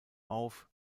auf